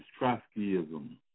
Trotskyism